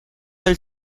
elle